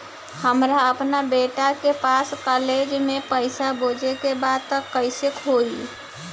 हमरा अपना बेटा के पास कॉलेज में पइसा बेजे के बा त कइसे होई?